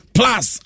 plus